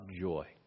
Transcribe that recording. joy